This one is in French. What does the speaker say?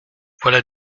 voilà